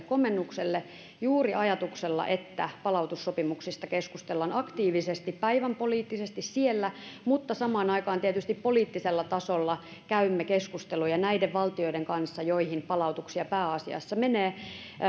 komennukselle juuri ajatuksella että palautussopimuksista keskustellaan aktiivisesti päivänpoliittisesti siellä mutta samaan aikaan tietysti poliittisella tasolla käymme keskusteluja näiden valtioiden kanssa joihin palautuksia pääasiassa menee